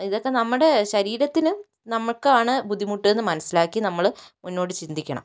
ഇതൊക്കെ നമ്മുടെ ശരീരത്തിനും നമുക്കാണ് ബുദ്ധിമുട്ട് എന്ന് മനസ്സിലാക്കി നമ്മൾ മുന്നോട്ടു ചിന്തിക്കണം